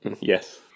Yes